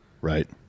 Right